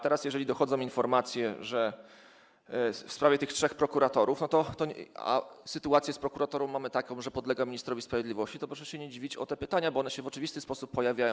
Teraz, jeżeli dochodzą informacje w sprawie tych trzech prokuratorów, a sytuację z prokuraturą mamy taką, że podlega ministrowi sprawiedliwości, to proszę się nie dziwić tym pytaniom, bo one się w oczywisty sposób pojawiają.